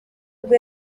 ubwe